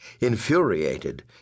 Infuriated